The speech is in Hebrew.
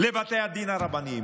לבתי הדין הרבניים.